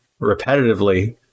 repetitively